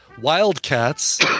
Wildcats